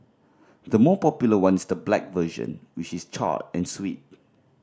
the more popular one is the black version which is charred and sweet